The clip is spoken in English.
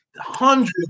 hundreds